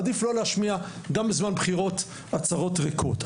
עדיף לא להשמיע גם בזמן בחירות הצהרות ריקות.